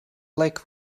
like